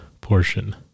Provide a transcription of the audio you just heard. portion